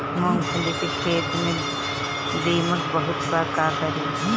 मूंगफली के खेत में दीमक बहुत बा का करी?